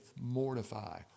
mortify